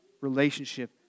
relationship